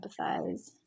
empathize